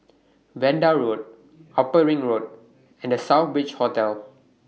Vanda Road Upper Ring Road and The Southbridge Hotel